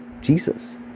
Jesus